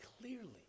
clearly